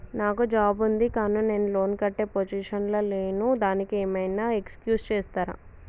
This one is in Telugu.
నాకు జాబ్ ఉంది కానీ నేను లోన్ కట్టే పొజిషన్ లా లేను దానికి ఏం ఐనా ఎక్స్క్యూజ్ చేస్తరా?